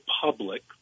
public